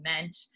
meant